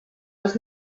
was